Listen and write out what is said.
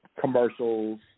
commercials